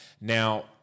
Now